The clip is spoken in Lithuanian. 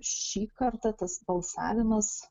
šį kartą tas balsavimas